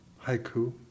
haiku